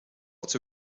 lots